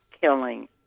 killing